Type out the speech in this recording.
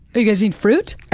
you guys eat fruit?